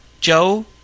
Joe